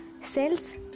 Cells